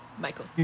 Michael